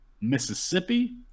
Mississippi